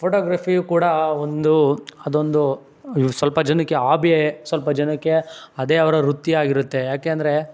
ಫೋಟೋಗ್ರಫಿಯೂ ಕೂಡ ಒಂದು ಅದೊಂದು ಸ್ವಲ್ಪ ಜನಕ್ಕೆ ಆಬಿ ಸ್ವಲ್ಪ ಜನಕ್ಕೆ ಅದೇ ಅವರ ವೃತ್ತಿ ಆಗಿರುತ್ತೆ ಯಾಕೆ ಅಂದರೆ